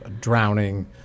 drowning